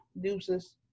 Deuces